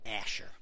asher